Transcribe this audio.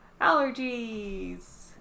Allergies